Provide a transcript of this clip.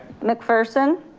mcpherson,